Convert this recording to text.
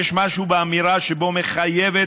יש משהו באמירה שבו שמחייבת